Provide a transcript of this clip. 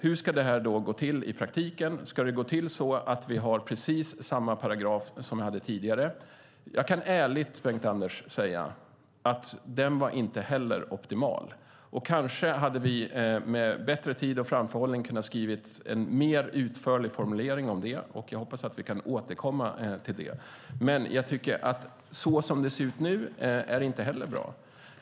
Hur ska då detta i praktiken gå till? Ska det gå till så att vi har precis samma paragraf som tidigare? Bengt-Anders Johansson, jag kan ärligt säga att inte heller den paragrafen var optimal. Med bättre tid och framförhållning hade vi kanske kunnat ha en utförligare formulering om det. Jag hoppas att vi kan återkomma till den saken. Men så som det nu ser ut är inte heller bra.